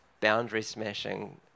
boundary-smashing